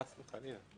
חס וחלילה.